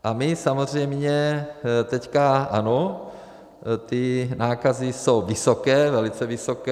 A my samozřejmě teď, ano, ty nákazy jsou vysoké, velice vysoké.